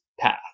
path